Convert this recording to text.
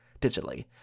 digitally